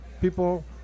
people